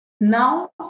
Now